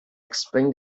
explain